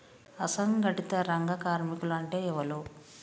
అసంఘటిత రంగ కార్మికులు అంటే ఎవలూ?